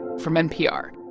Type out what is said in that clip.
from npr.